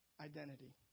identity